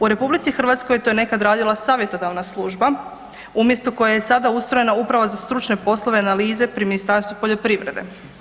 U RH to je nekad radila savjetodavna služba umjesto koje je sada ustrojena Uprava za stručne poslove i analize pri Ministarstvu poljoprivrede.